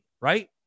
right